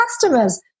customers